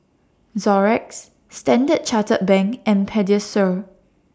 Xorex Standard Chartered Bank and Pediasure